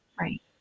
Right